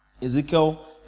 Ezekiel